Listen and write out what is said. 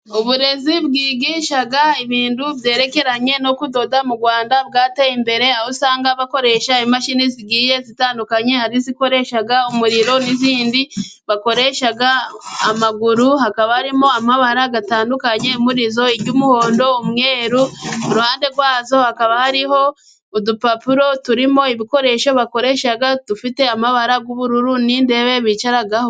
Uburezi bwigisha ibintu byerekeranye no kudoda mu Rwanda bwateye imbere, aho usanga bakoresha imashini zigiye zitandukanye ,hari izikoresha umuriro, n'izindi bakoresha amaguru ,hakaba harimo amabara atandukanye muri zo, iry'umuhondo ,umweru, iruhande rwazo hakaba hariho udupapuro turimo ibikoresho bakoresha, dufite amabara y'ubururu n'intebe bicaraho.